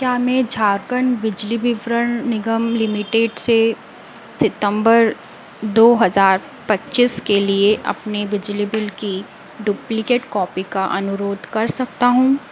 क्या मैं झारखंड बिजली विवरण निगम लिमिटेड से सितम्बर दो हज़ार पच्चीस के लिए अपने बिजली बिल की डुप्लिकेट कॉपी का अनुरोध कर सकता हूँ